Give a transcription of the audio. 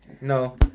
No